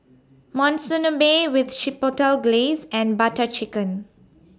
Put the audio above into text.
Monsunabe with Chipotle Glaze and Butter Chicken